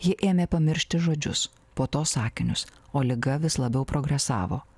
ji ėmė pamiršti žodžius po to sakinius o liga vis labiau progresavo